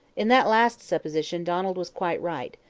in that last supposition donald was quite right,